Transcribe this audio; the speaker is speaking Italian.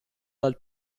dal